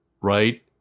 right